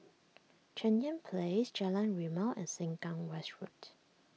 Cheng Yan Place Jalan Rimau and Sengkang West Road